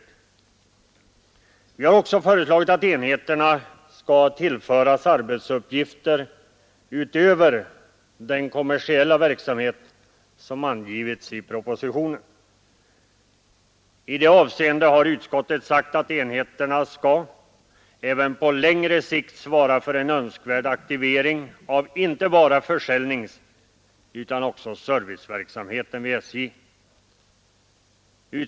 För det andra har vi föreslagit att enheterna skall tillföras arbetsuppgifter utöver den kommersiella verksamhet som angivits i propositionen, I det avseendet har utskottet sagt att enheterna skall även på längre sikt svara för en ”Öönskvärd aktivering” av inte bara försäljningsutan också serviceverksamheten vid SJ.